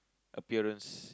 appearance